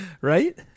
Right